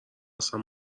اصلا